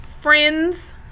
friends